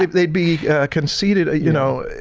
like they'd be conceited you know,